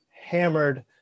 hammered